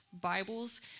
Bibles